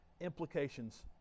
implications